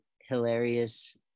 hilarious